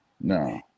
no